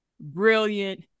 brilliant